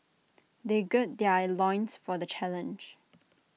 they gird their loins for the challenge